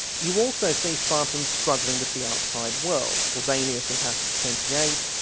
you also see spartans struggling with the outside world. pausanias in passage twenty eight,